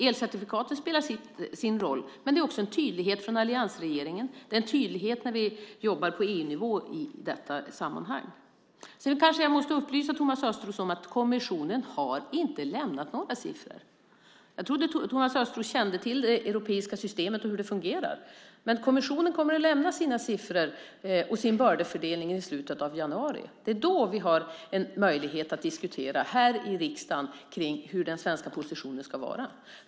Elcertifikaten spelar sin roll, men det gör också tydligheten från alliansregeringen, en tydlighet när vi jobbar på EU-nivå i detta sammanhang. Sedan kanske jag måste upplysa Thomas Östros om att kommissionen inte har lämnat några siffror. Jag trodde att Thomas Östros kände till det europeiska systemet och hur det fungerar. Kommissionen kommer att lämna sina siffror och sin bördefördelning i slutet av januari. Det är då vi har möjlighet att diskutera här i riksdagen hur den svenska positionen ska vara.